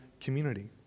community